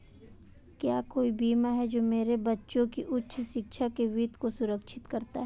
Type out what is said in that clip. क्या कोई बीमा है जो मेरे बच्चों की उच्च शिक्षा के वित्त को सुरक्षित करता है?